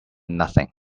nothing